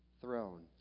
throne